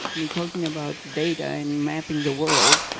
me talking about data and mapping the world.